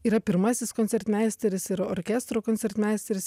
yra pirmasis koncertmeisteris ir orkestro koncertmeisteris